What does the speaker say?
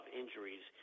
injuries